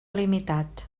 limitat